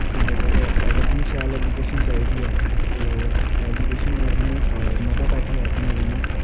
अगर थुहहानू शैल ऐजुकेशन चाहिदी ऐ ते ऐजुकेशन नै थुहानू मता पैसा खर्चना पौना